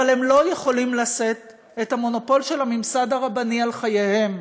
אבל הם לא יכולים לשאת את המונופול של הממסד הרבני על חייהם.